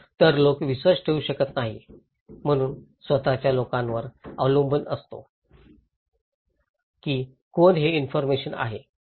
तर लोक विश्वास ठेवू शकत नाहीत म्हणून स्वत च्या लोकांवर अवलंबून असतो की कोण हे इन्फॉरमेशन आहे